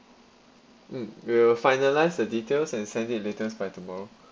mm we'll finalize the details and send it latest by tomorrow